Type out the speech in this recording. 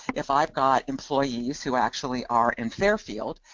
if ive got employees who actually are in fairfield,